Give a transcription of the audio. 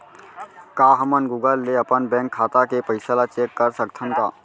का हमन गूगल ले अपन बैंक खाता के पइसा ला चेक कर सकथन का?